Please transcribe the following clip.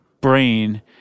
brain